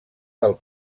del